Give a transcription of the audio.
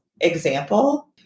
example